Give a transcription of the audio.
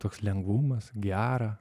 toks lengvumas gera